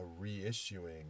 reissuing